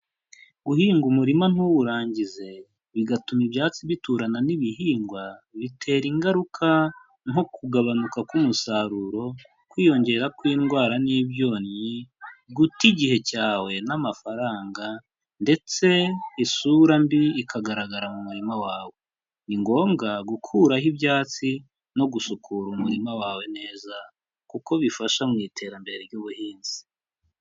Guhinga umurima ntuwurangize, bigatuma ibyatsi biturana n'ibihingwa, bitera ingaruka nko kugabanuka k'umusaruro, kwiyongera kw'indwara n'ibyonnyi, guta igihe cyawe n'amafaranga ndetse isura mbi ikagaragara mu murima wawe. Ni ngombwa gukuraho ibyatsi no gusukura umurima wawe neza kuko bifasha mu iterambere ry'ubuhinzi.